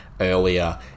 earlier